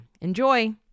Enjoy